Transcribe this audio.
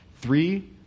Three